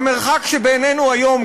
המרחק שבינינו היום,